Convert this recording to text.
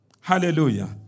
Hallelujah